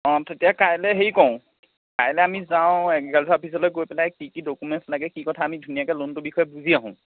অঁ তেতিয়া কাইলে হেৰি কৰোঁ কাইলৈ আমি যাওঁ এগিকালছাৰ অফিচলে গৈ পেলাই কি কি ডকুমেণ্টছ লাগে কি কথা আমি ধুনীয়াকৈ লোনটো বিষয়ে বুজি আহো